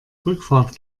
rückfahrt